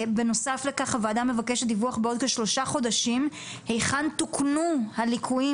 בנוסף לכך הוועדה מבקשת דיווח בעוד כשלושה חודשים היכן תוקנו הליקויים.